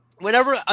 whenever